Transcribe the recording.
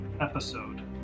episode